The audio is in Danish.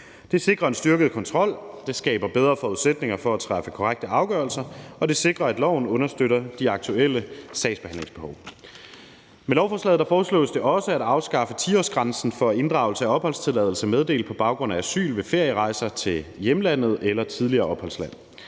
Det sikrer en styrket kontrol. Det skaber bedre forudsætninger for at træffe korrekte afgørelser, og det sikrer, at loven understøtter de aktuelle sagsbehandlingsbehov. Med lovforslaget foreslås det også at afskaffe 10-årsgrænsen for inddragelse af opholdstilladelse meddelt på baggrund af asyl ved ferierejser til hjemlandet eller tidligere opholdsland.